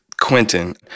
Quentin